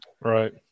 Right